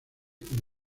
como